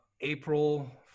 April